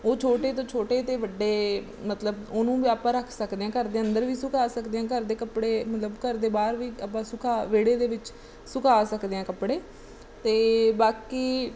ਉਹ ਛੋਟੇ ਤੋਂ ਛੋਟੇ ਅਤੇ ਵੱਡੇ ਮਤਲਬ ਉਹਨੂੰ ਆਪਾਂ ਰੱਖ ਸਕਦੇ ਹਾਂ ਘਰ ਦੇ ਅੰਦਰ ਵੀ ਸੁਕਾ ਸਕਦੇ ਹਾਂ ਘਰ ਦੇ ਕੱਪੜੇ ਮਤਲਬ ਘਰ ਦੇ ਬਾਹਰ ਵੀ ਆਪਾਂ ਸੁਕਾ ਵੇਹੜੇ ਦੇ ਵਿੱਚ ਸੁਕਾ ਸਕਦੇ ਹਾਂ ਕੱਪੜੇ ਅਤੇ ਬਾਕੀ